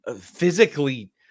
physically